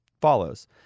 follows